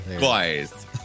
Guys